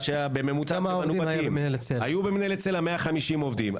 היו במנהלת סלע 150 עובדים.